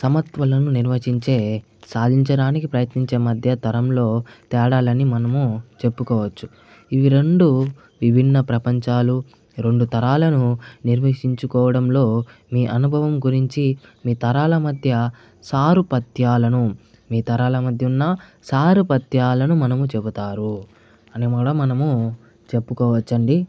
సమత్వలను నిర్వచించే సాధించడానికి ప్రయత్నించే మధ్య తరంలో తేడాలని మనము చెప్పుకోవచ్చు ఇవి రెండు విభిన్న ప్రపంచాలు రెండు తరాలను నిర్వచించుకోవడంలో మీ అనుభవం గురించి మీ తరాల మధ్య సారూప్యతలను మీ తరాల మధ్య ఉన్న సారూప్యతలను మనము చెబుతారు అని కూడా మనము చెప్పుకోవచ్చండి